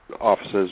offices